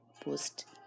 post